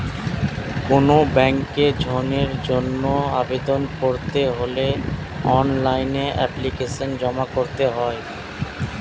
কোনো ব্যাংকে ঋণের জন্য আবেদন করতে হলে অনলাইনে এপ্লিকেশন জমা করতে হয়